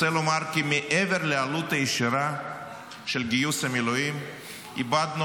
רוצה לומר כי מעבר לעלות הישירה של גיוס המילואים איבדנו